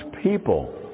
people